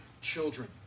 children